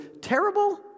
terrible